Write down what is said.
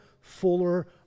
fuller